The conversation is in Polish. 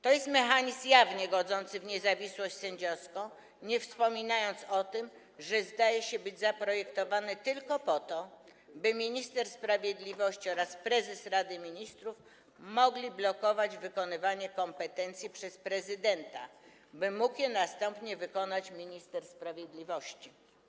To jest mechanizm jawnie godzący w niezawisłość sędziowską, nie wspominając o tym, że wydaje się zaprojektowany tylko po to, by minister sprawiedliwości oraz prezes Rady Ministrów mogli blokować wykonywanie kompetencji przez prezydenta, by mógł je następnie wykonać minister sprawiedliwości.